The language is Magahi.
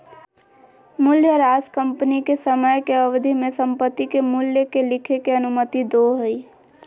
मूल्यह्रास कंपनी के समय के अवधि में संपत्ति के मूल्य के लिखे के अनुमति दो हइ